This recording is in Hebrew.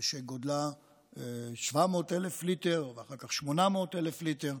שגודלה 700,000 ליטר ואחר כך 800,000 ליטר,